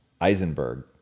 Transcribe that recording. Eisenberg